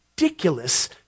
ridiculous